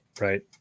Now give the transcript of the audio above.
Right